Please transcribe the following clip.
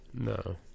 No